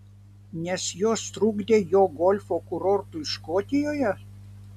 nes jos trukdė jo golfo kurortui škotijoje